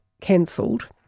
cancelled